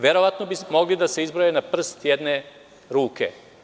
Verovatno bi mogli da se izbroje na prst jedne ruke.